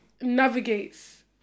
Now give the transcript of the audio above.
navigates